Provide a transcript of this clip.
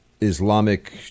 Islamic